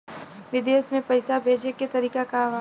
विदेश में पैसा भेजे के तरीका का बा?